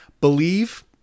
believe